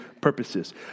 purposes